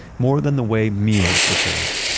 more than the way meals were served.